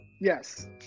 Yes